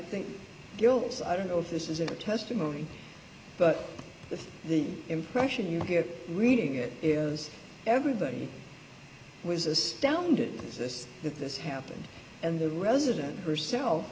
think gills i don't know if this is a testimony but the impression you hear reading it is everybody was astounded as this that this happened and the resident herself